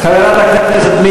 חבר הכנסת ברכה.